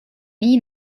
nii